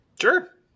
Sure